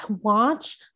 Watch